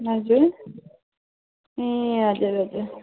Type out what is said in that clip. हजुर ए हजुर हजुर